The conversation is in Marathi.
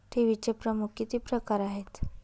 ठेवीचे प्रमुख किती प्रकार आहेत?